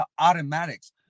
automatics